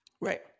Right